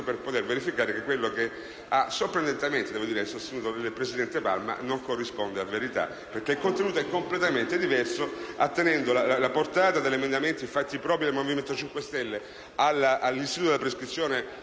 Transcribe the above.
per poter verificare che quello che ha sorprendentemente sostenuto il presidente Palma non corrisponde a verità. Infatti, il contenuto degli emendamenti da lui citati è completamente diverso, attenendo la portata degli emendamenti fatti propri dal Movimento 5 Stelle all'istituto della prescrizione